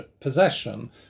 possession